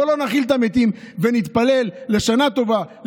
בוא לא נכיל את המתים ונתפלל לשנה טובה,